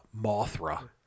Mothra